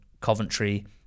Coventry